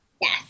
Yes